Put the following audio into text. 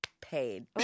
paid